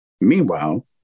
Meanwhile